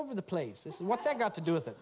over the place is what's that got to do with it